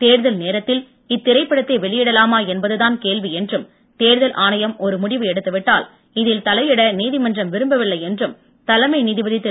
தேர்தல் நேரத்தில் இத்திரைப்படத்தை வெளியிடலாமா என்பது தான் கேள்வி என்றும் தேர்தல் ஆணையம் ஒரு முடிவு எடுத்துவிட்டதால் இதில் தலையிட நீதிமன்றம் விரும்பவில்லை என்றும் தலைமை நீதிபதி திரு